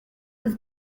was